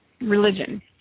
religion